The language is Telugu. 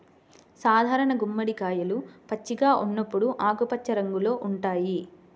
సాధారణ గుమ్మడికాయలు పచ్చిగా ఉన్నప్పుడు ఆకుపచ్చ రంగులో ఉంటాయి